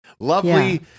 Lovely